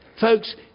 Folks